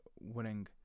winning